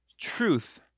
truth